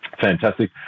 fantastic